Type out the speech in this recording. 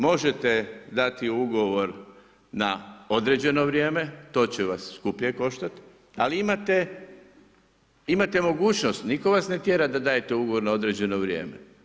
Možete dati ugovor na određeno vrijeme, to će vas skuplje koštati ali imate, imate mogućnost, nitko vas ne tjera da dajete ugovor na određeno vrijeme.